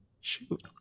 shoot